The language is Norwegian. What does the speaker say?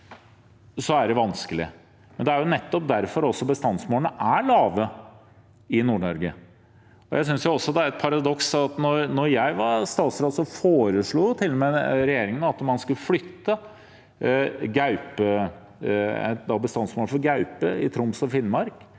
klart vanskelig, men det er jo nettopp derfor bestandsmålene er lave i Nord-Norge. Jeg synes også det er et paradoks at da jeg var statsråd, foreslo regjeringen til og med at man skulle flytte bestandsmålet for gaupe i Troms og Finnmark,